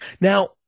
Now